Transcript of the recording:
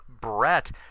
Brett